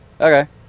Okay